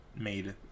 made